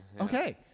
Okay